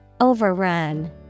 overrun